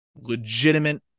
legitimate